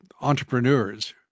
entrepreneurs